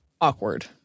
awkward